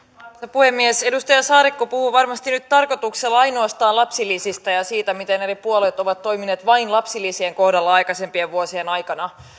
puhemies edustaja saarikko puhuu nyt varmasti tarkoituksella ainoastaan lapsilisistä ja siitä miten eri puolueet ovat toimineet vain lapsilisien kohdalla aikaisempien vuosien aikana